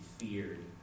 feared